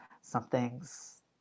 something's